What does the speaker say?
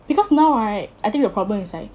because now right I think the problem is like